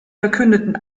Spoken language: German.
verkündeten